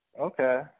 okay